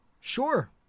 Sure